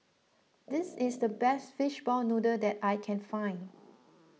this is the best Fishball Noodle that I can find